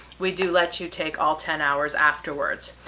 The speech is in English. we do let you take all ten hours afterwards.